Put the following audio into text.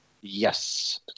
Yes